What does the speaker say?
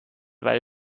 weil